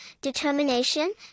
determination